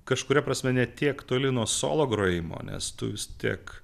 kažkuria prasme ne tiek toli nuo solo grojimo nes tu vis tiek